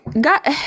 got